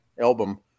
album